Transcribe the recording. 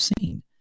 seen